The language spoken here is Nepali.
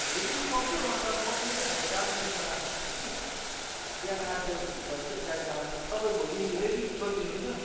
भोलि उठाउँछु अन्त पर्सि चाहिँ हाम्रो दार्जिलिङमा लानुपर्छ कि बिहान आठ बजे चाहिँ भित्र चाहिँ गाडीमा तपाईँ भोलि रेडी गरिदिनुहुन्छ